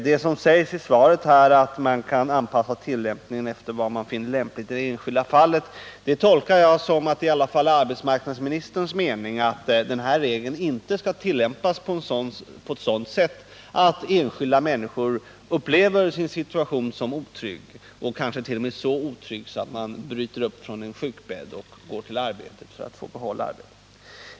Det som sägs i svaret om att man kan anpassa tillämpningen efter vad man finner lämpligt i det enskilda fallet tolkar jag så att enligt arbetsmarknadsministerns mening den här regeln inte skall tillämpas på sådant sätt att enskilda människor upplever sin situation som otrygg — kanske t.o.m. så otrygg att man bryter upp från en sjukbädd och går till arbetet för att få behålla det.